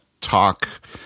talk